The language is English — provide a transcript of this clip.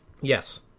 yes